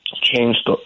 changed